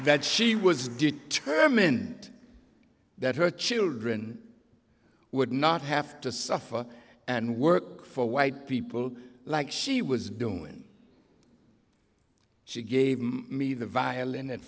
that she was determined that her children would not have to suffer and work for white people like she was doing she gave me the violin a